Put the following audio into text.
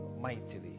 mightily